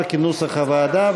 אושר כנוסח הוועדה.